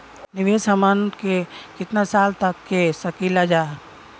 निवेश हमहन के कितना साल तक के सकीलाजा?